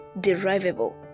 derivable